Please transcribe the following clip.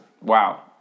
wow